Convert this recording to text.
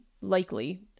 likely